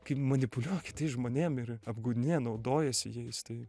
kai manipuliuoja kitais žmonėm ir apgaudinėja naudojasi jais tai